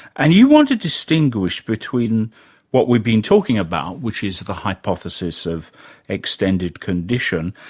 and you want to distinguish between what we've been talking about, which is the hypothesis of extended cognition,